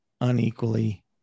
unequally